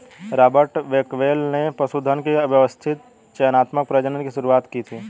Robert Bakewell ने पशुधन के व्यवस्थित चयनात्मक प्रजनन की शुरुआत की थी